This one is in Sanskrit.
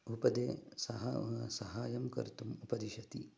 उपदेशः सह सहायं कर्तुम् उपदिशति